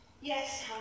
yes